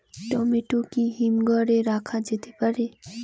Tomato কি হিমঘর এ রাখা যেতে পারে?